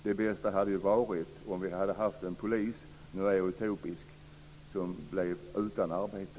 Det bästa hade ju varit om vi hade haft en polis - nu är jag utopisk - som blev utan arbete.